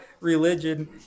religion